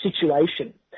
situation